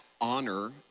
honor